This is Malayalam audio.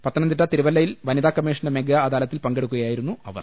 പത്തനംതിട്ട തിരുവല്ലയിൽ വനിതാ കമ്മീഷന്റെ മെഗാ അദാലത്തിൽ പങ്കെടുക്കുകയായിരുന്നു അവർ